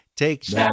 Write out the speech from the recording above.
take